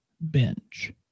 bench